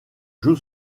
joue